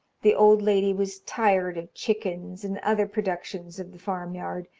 the old lady was tired of chickens and other productions of the farmyard,